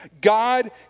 God